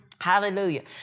Hallelujah